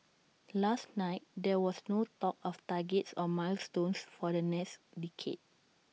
last night there was no talk of targets or milestones for the next decade